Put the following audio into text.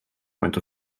point